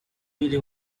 really